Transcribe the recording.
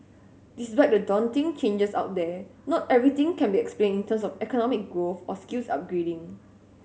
despite the daunting changes out there not everything can be explained in terms of economic growth or skills upgrading